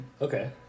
Okay